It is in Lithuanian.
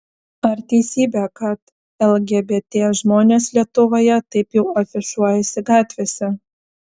ar teisybė kad lgbt žmonės lietuvoje taip jau afišuojasi gatvėse